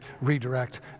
redirect